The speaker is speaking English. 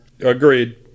Agreed